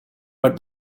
but